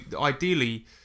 ideally